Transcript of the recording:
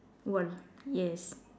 one yes